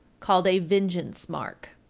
called a vengeance mark.